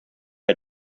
had